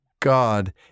God